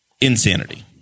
Insanity